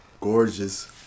gorgeous